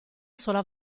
sola